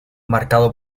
marcado